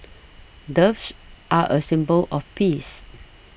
doves are a symbol of peace